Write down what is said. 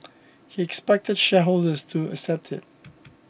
he expected shareholders to accept it